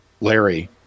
Larry